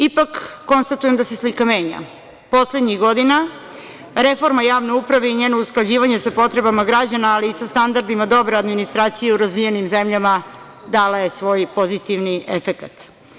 Ipak, konstatujem da se slika menja poslednjih godina reforma javne uprave i njeno usklađivanje sa potrebama građana, ali i sa standardima dobre administracije u razvijenim zemljama dala je svoj pozitivni efekat.